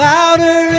Louder